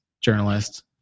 journalist